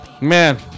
Man